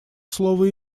слово